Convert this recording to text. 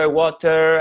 water